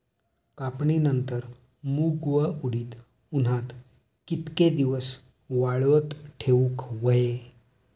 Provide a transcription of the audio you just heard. कापणीनंतर मूग व उडीद उन्हात कितके दिवस वाळवत ठेवूक व्हये?